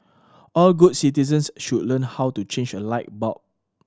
all good citizens should learn how to change a light bulb